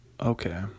Okay